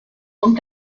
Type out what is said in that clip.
und